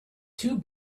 two